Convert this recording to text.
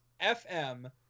FM